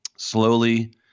Slowly